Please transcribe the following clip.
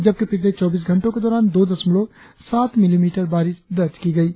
जबकि पिछले चौबीस घंटों के दौरान दो दशमलव सात मिलीमीटर बारिश दर्ज की गई है